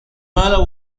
mahler